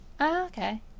okay